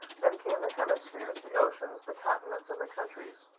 then came the hemispheres, the oceans, the continents and the countries.